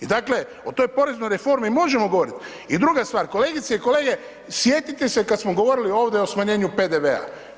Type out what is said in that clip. I dakle, o toj poreznoj reformi možemo govorit i druga stvar kolegice i kolege sjetite se kad smo govorili ovdje o smanjenju PDV-a.